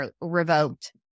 revoked